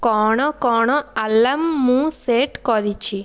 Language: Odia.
କଣ କଣ ଆଲାର୍ମ ମୁଁ ସେଟ୍ କରିଛି